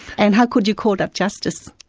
and how could you call that justice?